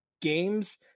games